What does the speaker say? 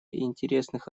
интересных